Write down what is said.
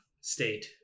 state